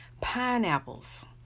pineapples